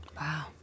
Wow